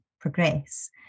progress